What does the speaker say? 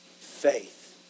faith